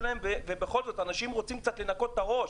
ועל כך שאנשים רוצים קצת לנקות את הראש.